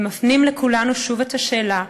ומפנים אל כולנו שוב את השאלה,